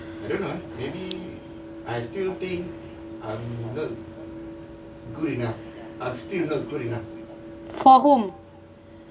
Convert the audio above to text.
for whom